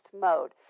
mode